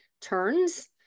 turns